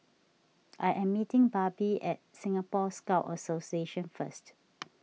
I am meeting Barbie at Singapore Scout Association first